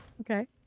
Okay